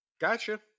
gotcha